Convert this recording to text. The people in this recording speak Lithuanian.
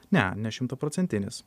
ne nešimtaprocentinis